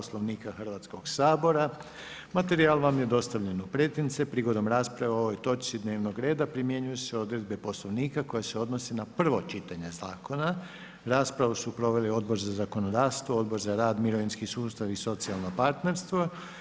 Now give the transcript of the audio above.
Poslovnika Hrvatskog sabora, materijal vam je dostavljen u pretince, prigodom rasprava o ovoj točci dnevnog reda primjenjuju se odredbe Poslovnika koje se odnose na prvo čitanje zakona, raspravu su proveli Odbor za zakonodavstvo, Odbor za rad, mirovinski susta v i socijalno partnerstvo.